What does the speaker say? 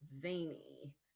zany